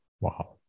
Wow